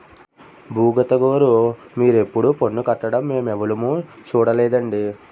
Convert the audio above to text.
బుగతగోరూ మీరెప్పుడూ పన్ను కట్టడం మేమెవులుమూ సూడలేదండి